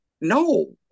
No